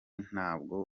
ntabwo